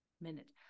minute